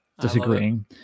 disagreeing